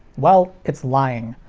well its lying.